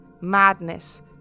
madness